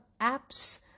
apps